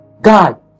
God